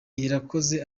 irakoze